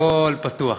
הכול פתוח.